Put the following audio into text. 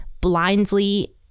blindly